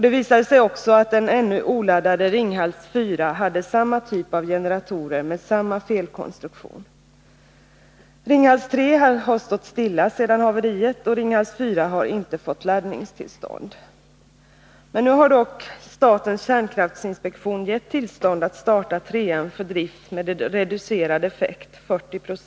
Det visade sig också att den ännu oladdade Ringhals 4 hade samma typ av generatorer, med samma felkonstruktion. Ringhals 3 har stått stilla sedan haveriet, och Ringhals 4 har inte fått laddningstillstånd. Nu har dock statens kärnkraftinspektion givit tillstånd att starta Ringhals 3 för drift med reducerad effekt, 40 20.